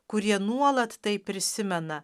kurie nuolat tai prisimena